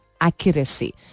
accuracy